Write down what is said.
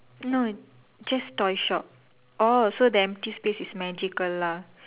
no just toy shop orh so the empty space is magical lah